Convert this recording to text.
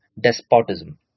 despotism